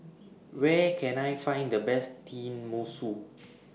Where Can I Find The Best Tenmusu